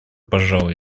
пожал